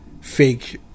Fake